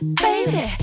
Baby